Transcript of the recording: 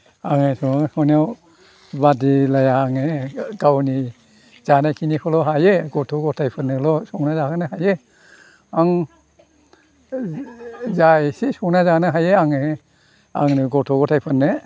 आङो संनाय खावनायाव बादिलाया आङो गावनि जानाय खिनिखौल' हायो गथ' गथाइफोरनोल' संना जाहोनो हायो आं जा एसे संना जानो हायो आङो आंनो गथ' गथाइफोरनो